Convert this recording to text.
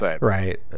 right